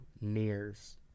Nears